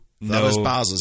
no